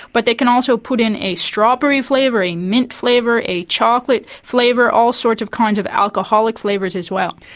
but they can also put in a strawberry flavour, a mint flavour, a chocolate flavour, all sorts of kinds of alcoholic flavours as as well.